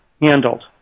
handled